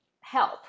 Help